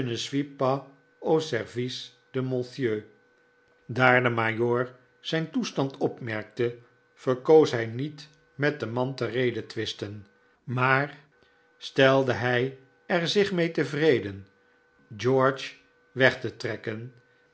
monsieur daar de majoor zijn toestand opmerkte verkoos hij niet met den man te redetwisten maar stelde hij er zich mee tevreden george weg te trekken